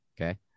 Okay